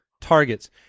targets